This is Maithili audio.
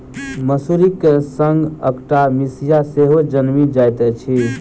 मसुरीक संग अकटा मिसिया सेहो जनमि जाइत अछि